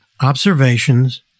observations